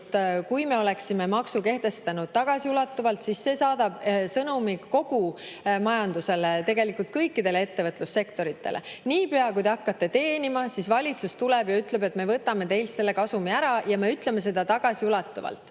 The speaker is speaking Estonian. Kui me kehtestaksime maksu tagasiulatuvalt, siis see saadaks sõnumi kogu majandusele, tegelikult kõikidele ettevõtlussektoritele: nii pea, kui te hakkate teenima, tuleb valitsus ja ütleb: "Me võtame teilt selle kasumi ära ja me ütleme seda tagasiulatuvalt."